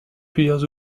plusieurs